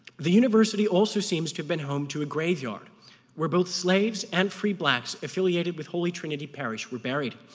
the university also seems to have been home to a graveyard where both slaves and free blacks affiliated with holy trinity parish were buried,